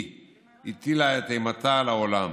שהטילה את אימתה על העולם